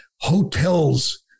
hotels